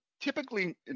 typically